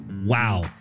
wow